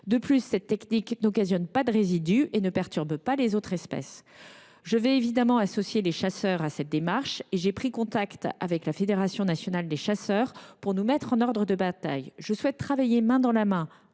De plus, cette technique n’occasionne pas de résidus et ne perturbe pas les autres espèces. Je vais évidemment associer les chasseurs à cette démarche. C’est ainsi que j’ai pris contact avec la Fédération nationale des chasseurs (FNC) pour nous mettre en ordre de bataille. Je souhaite travailler main dans la main